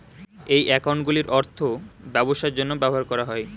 এই অ্যাকাউন্টগুলির অর্থ ব্যবসার জন্য ব্যবহার করা হয়